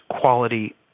quality